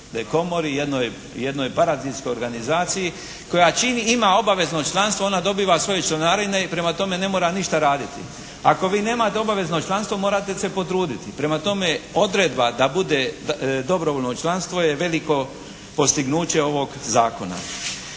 …/Govornik se ne razumije./… organizaciji koja čini, ima obavezno članstvo, ona dobiva svoje članarine i prema tome ne mora ništa raditi. Ako vi nemate obavezno članstvo morate se potruditi. Prema tome odredba da bude dobrovoljno članstvo je veliko postignuće ovog Zakona.